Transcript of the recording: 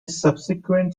subsequent